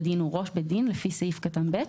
דין או ראש בית הדין לפי סעיף קטן (ב),